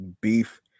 beef